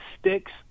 sticks